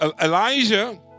Elijah